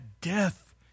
death